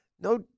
No